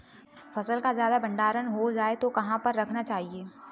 फसल का ज्यादा भंडारण हो जाए तो कहाँ पर रखना चाहिए?